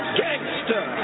gangster